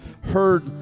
heard